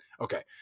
Okay